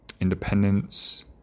independence